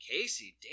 casey